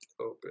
open